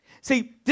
See